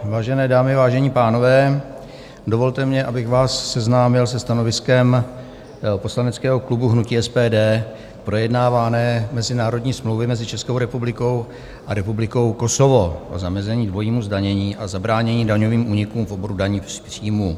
Vážené dámy, vážení pánové, dovolte mně, abych vás seznámil se stanoviskem poslaneckého klubu hnutí SPD k projednávané mezinárodní smlouvě mezi Českou republikou a Republikou Kosovo o zamezení dvojímu zdanění a zabránění daňovým únikům v oboru daní z příjmů.